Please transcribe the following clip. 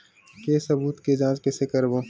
के सबूत के जांच कइसे करबो?